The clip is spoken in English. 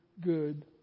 good